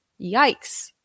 Yikes